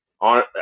on